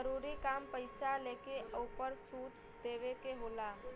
जरूरी काम पईसा लेके ओपर सूद देवे के होला